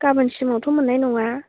गाबोन सिमावथ' मोननाय नङा